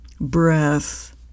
breath